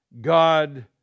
God